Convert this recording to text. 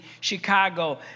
Chicago